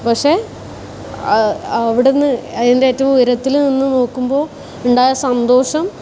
പക്ഷേ അവിടുന്ന് അതിൻ്റെ ഏറ്റവും ഉയരത്തിൽ നിന്ന് നോക്കുമ്പോൾ ഉണ്ടായ സന്തോഷം